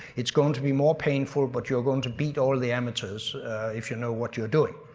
it's going to be more painful but you are going to beat all the amateurs if you know what you are doing.